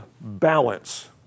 balance